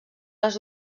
les